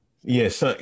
Yes